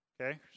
okay